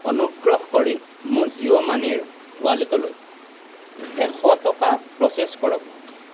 অনুগ্ৰহ কৰি মোৰ জিঅ' মানিৰ ৱালেটলৈ এশ টকা প্ৰ'চেছ কৰক